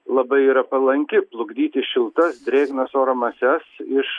labai yra palanki plukdyti šiltas drėgnas oro mases iš